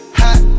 hot